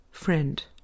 friend